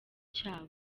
cyabo